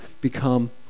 become